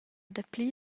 dapli